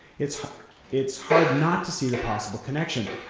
it's it's hard not to see the possible connection.